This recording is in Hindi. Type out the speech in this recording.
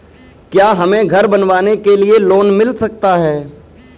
क्या हमें घर बनवाने के लिए लोन मिल सकता है?